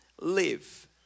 live